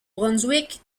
brunswick